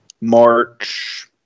march